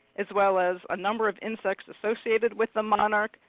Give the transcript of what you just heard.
as well as a number of insects associated with the monarch,